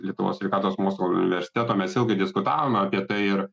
lietuvos sveikatos mokslų universiteto mes ilgai diskutavome apie tai ir